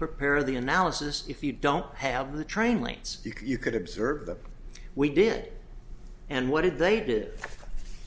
prepare the analysis if you don't have the train lines you could observe that we did and what did they did